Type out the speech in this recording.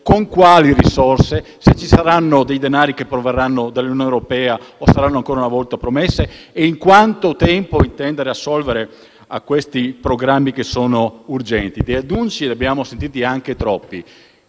con quali risorse, se ci saranno denari che proverranno dall'Unione europea o saranno ancora una volta solo promesse e in quanto tempo intende assolvere a questi programmi urgenti. Di annunci ne abbiamo sentiti anche troppi.